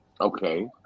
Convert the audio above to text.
Okay